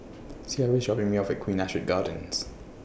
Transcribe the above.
Ciera IS dropping Me off At Queen Astrid Gardens